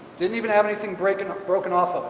didn't even have anything breaking up broken off of it.